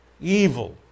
evil